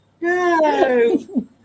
No